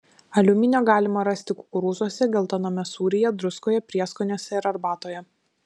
aliuminio galima rasti kukurūzuose geltoname sūryje druskoje prieskoniuose ir arbatoje